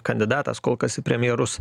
kandidatas kol kas į premjerus